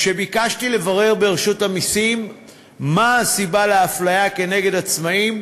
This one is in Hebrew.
כשביקשתי לברר ברשות המסים מה הסיבה לאפליה כנגד עצמאים,